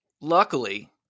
luckily